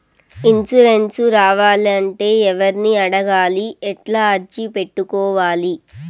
Insurance రావాలంటే ఎవర్ని అడగాలి? ఎట్లా అర్జీ పెట్టుకోవాలి?